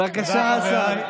בבקשה, השר.